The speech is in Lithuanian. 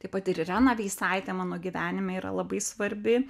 taip pat ir irena veisaitė mano gyvenime yra labai svarbi